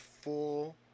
full